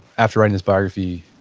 after writing his biography,